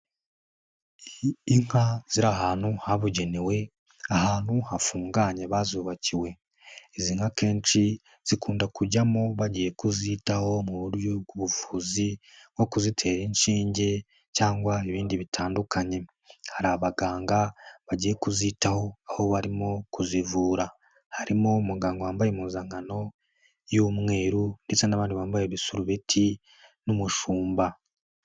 Inka ziri ahantu habugenewe ahantu hafunganye bazubakiwe, izi nka akenshi zikunda kujyamo bagiye kuzitaho mu buryo bw'ubuvuzi bwo kuzitera inshinge cyangwa ibindi bitandukanye, hari abaganga bagiye kuzitaho aho barimo kuzivura, harimo umuganga wambaye impuzankano y'umweru ndetse n'abandi bambaye ibisurubeti n'umushumba.